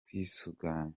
kwisuganya